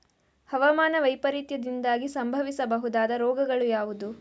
ಹವಾಮಾನ ವೈಪರೀತ್ಯದಿಂದಾಗಿ ಸಂಭವಿಸಬಹುದಾದ ರೋಗಗಳು ಯಾವುದು?